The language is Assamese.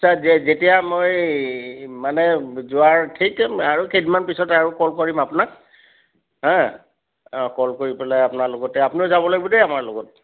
আচ্ছা যেতিয়া মই মানে যোৱাৰ ঠিক আৰু কেইদিনমান পিছতে আৰু কল কৰিম আপোনাক অঁ কল কৰি পেলাই আপোনাৰ লগতে আপুনিও যাব লাগিব দেই আমাৰ লগত